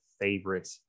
favorite